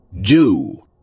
Jew